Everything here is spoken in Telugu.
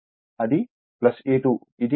అది a2 ఇది